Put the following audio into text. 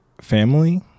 family